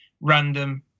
random